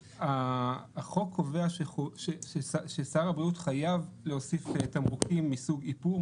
החוק קובע ששר הבריאות חייב להוסיף תמרוקים מסוג איפור,